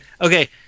Okay